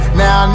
now